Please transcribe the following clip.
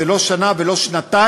זה לא שנה ולא שנתיים,